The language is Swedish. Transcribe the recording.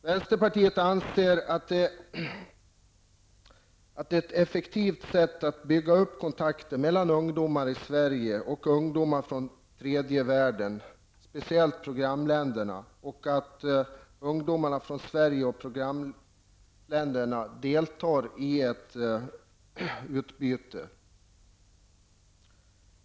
Vänsterpartiet anser att ett effektivt sätt att bygga upp kontakter mellan ungdomar i Sverige och ungdomar från tredje världen, speciellt programländerna, skulle vara att ungdom från Sverige och programländerna deltar i ett utbyte.